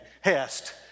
hest